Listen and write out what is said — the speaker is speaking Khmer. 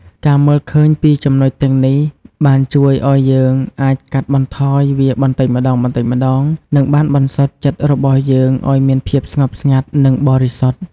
ការមើលឃើញពីចំណុចទាំងនេះបានជួយឱ្យយើងអាចកាត់បន្ថយវាបន្តិចម្តងៗនិងបានបន្សុទ្ធចិត្តរបស់យើងឱ្យមានភាពស្ងប់ស្ងាត់និងបរិសុទ្ធ។